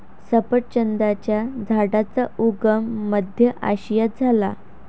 सफरचंदाच्या झाडाचा उगम मध्य आशियात झाला